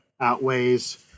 outweighs